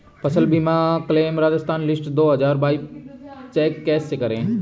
फसल बीमा claim Rajasthan list दो हज़ार बाईस कैसे चेक करें?